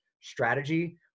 strategy